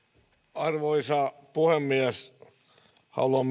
arvoisa puhemies haluan